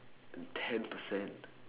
ten percent